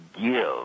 give